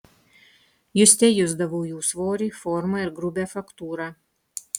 juste jusdavau jų svorį formą ir grubią faktūrą